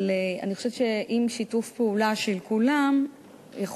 אבל אני חושבת שעם שיתוף פעולה של כולם יכול